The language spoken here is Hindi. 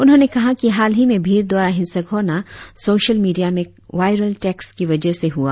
उन्होंने कहा कि हाल ही में भीड़ द्वारा हिंसक होना सोशल मीडिया में वाईरल टेक्स्ट के वजह से हुआ